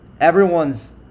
everyone's